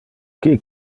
qui